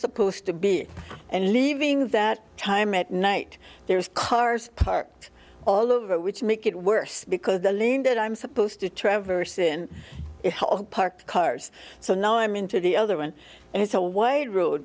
supposed to be and leaving that time at night there's cars parked all over which make it worse because the lane that i'm supposed to traverse in parked cars so now i'm into the other and it's a way road